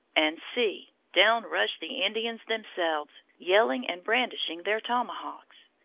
and see! down rush the indians themselves, yelling and brandishing their tomahawks.